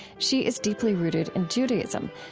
she is deeply rooted in judaism,